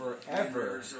forever